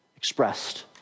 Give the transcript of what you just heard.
Expressed